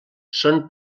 són